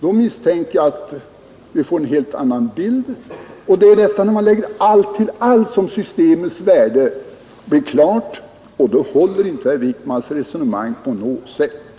Jag misstänker att vi då får en helt annan bild. Det är när man lägger allt till allt som systemets värde blir klart, och då håller inte herr Wijkmans resonemang på något sätt.